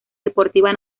deportiva